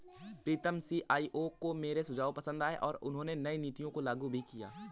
प्रीतम CEO को मेरे सुझाव पसंद आए हैं और उन्होंने नई नीतियों को लागू भी किया हैं